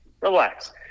Relax